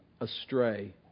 astray